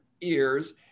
ears